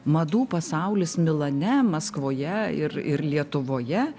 madų pasaulis milane maskvoje ir ir lietuvoje